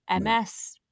MS